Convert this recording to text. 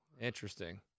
Interesting